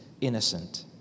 innocent